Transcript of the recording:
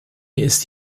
ist